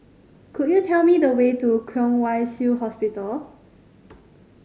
could you tell me the way to Kwong Wai Shiu Hospital